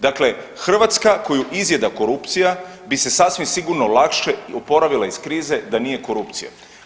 Dakle, Hrvatska koju izjeda korupcija bi se sasvim sigurno lakše opravila iz krize da nije korupcije.